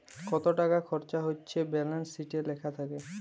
কত টাকা খরচা হচ্যে ব্যালান্স শিটে লেখা থাক্যে